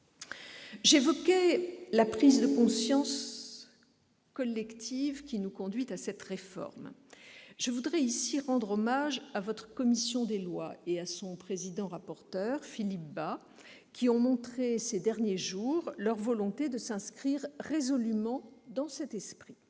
J'évoquais la prise de conscience collective qui nous conduit à cette réforme et je voudrais rendre hommage à votre commission des lois, de même qu'à son président-rapporteur, M. Philippe Bas, qui a montré ces derniers jours sa volonté de s'inscrire résolument dans cet esprit.